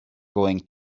going